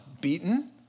beaten